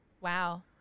Wow